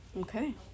Okay